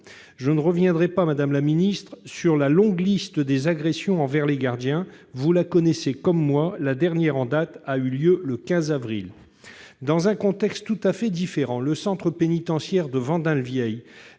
Je ne reviendrai pas, madame la ministre, sur la longue liste des agressions de gardiens : vous la connaissez comme moi. La dernière en date ayant eu lieu ce 15 avril. Dans un contexte tout à fait différent, au centre pénitentiaire de Vendin-le-Vieil,